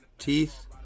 teeth